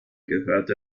gehörte